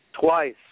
Twice